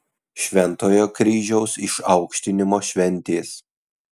šventojo kryžiaus išaukštinimo šventės